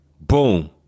boom